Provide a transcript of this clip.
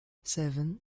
seven